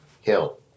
hill